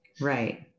Right